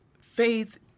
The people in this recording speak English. Faith